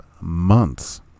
months